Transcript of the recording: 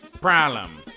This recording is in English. problem